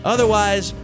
Otherwise